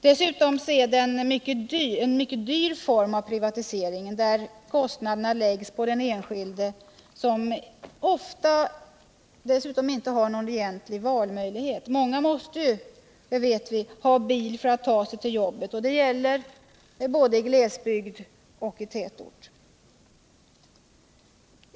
Dessutom är den en mycket dyr form av privatisering, där kostnaderna läggs på den enskilde, som dessutom ofta inte har någon egentlig valmöjlighet. Många måste ju — det vet vi — ha bil för att t.ex. ta sig till jobbet; det gäller både i glesbygder och i tätorter.